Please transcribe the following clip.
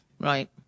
Right